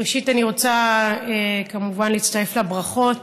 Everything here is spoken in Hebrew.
ראשית, אני רוצה, כמובן, להצטרף לברכות